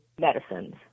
medicines